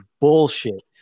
bullshit